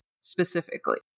specifically